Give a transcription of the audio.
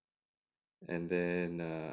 and then err